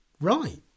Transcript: right